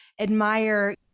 admire